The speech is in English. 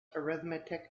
arithmetic